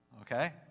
Okay